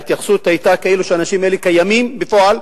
ההתייחסות היתה כאילו האנשים האלה קיימים בפועל,